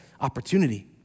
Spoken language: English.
opportunity